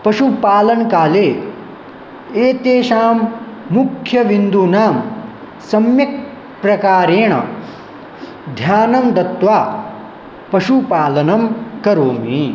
पशुपालनकाले एतेषां मुख्यबिन्दूनां सम्यक् प्रकारेण ध्यानं दत्वा पशुपालनं करोमि